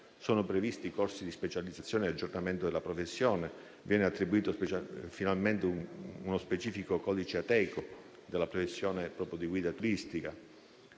Sono previsti corsi di specializzazione e di aggiornamento della professione e viene attribuito finalmente uno specifico codice Ateco della professione di guida turistica.